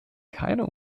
keine